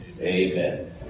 Amen